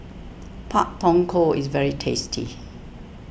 Pak Thong Ko is very tasty